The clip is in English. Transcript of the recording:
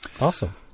Awesome